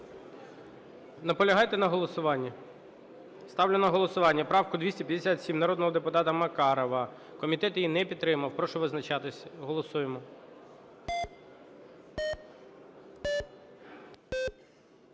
Наполягаєте на голосуванні? Ставлю на голосування правку 257 народного депутата Макарова. Комітет її не підтримав. Прошу визначатись. Голосуємо.